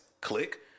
Click